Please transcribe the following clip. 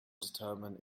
determine